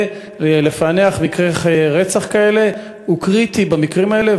לפענח מקרי רצח כאלה הוא קריטי במקרים האלה,